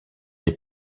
est